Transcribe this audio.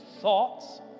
thoughts